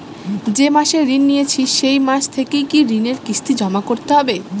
যে মাসে ঋণ নিয়েছি সেই মাস থেকেই কি ঋণের কিস্তি জমা করতে হবে?